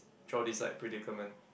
throughout this like predicament